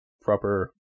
proper